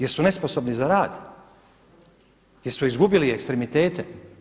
Jer su nesposobni za rad, jer su izgubili ekstremitete.